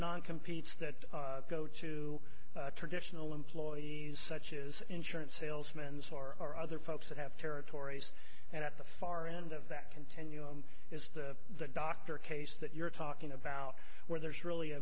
non competes that go to traditional employees such is insurance salesman's for other folks that have territories and at the far end of that continuum is the doctor case that you're talking about where there's really a